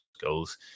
goals